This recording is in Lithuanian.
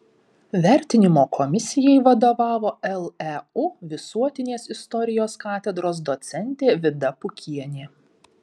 vertinimo komisijai vadovavo leu visuotinės istorijos katedros docentė vida pukienė